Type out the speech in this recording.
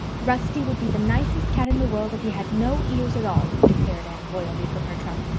rusty would be the nicest cat in the world if he had no ears at all, declared anne loyally from her trunk,